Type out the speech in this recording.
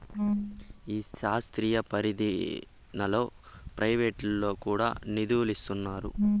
ఈ శాస్త్రీయ పరిశోదనలో ప్రైవేటోల్లు కూడా నిదులిస్తున్నారు